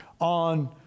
on